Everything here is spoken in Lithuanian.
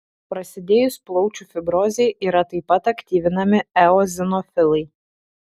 prasidėjus plaučių fibrozei yra taip pat aktyvinami eozinofilai